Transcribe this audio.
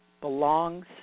belongs